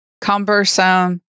cumbersome